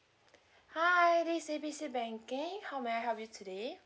hi this A B C banking how may I help you today